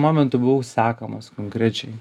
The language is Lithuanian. momentu buvau sekamas konkrečiai